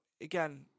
again